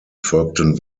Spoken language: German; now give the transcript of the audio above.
folgten